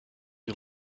you